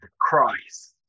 Christ